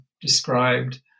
described